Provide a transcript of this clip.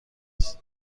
است